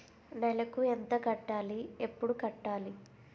నెలకు ఎంత కట్టాలి? ఎప్పుడు కట్టాలి?